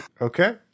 Okay